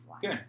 Good